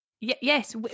Yes